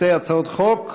שתי הצעות חוק,